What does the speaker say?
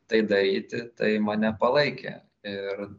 tai daryti tai mane palaikė ir